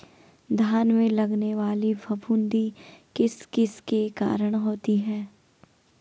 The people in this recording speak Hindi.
धान में लगने वाली फफूंदी किस किस के कारण होती है?